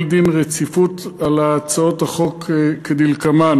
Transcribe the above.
דין רציפות על הצעות החוק כדלקמן,